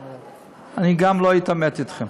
אני גם לא אתעמת אתכם.